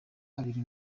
abiri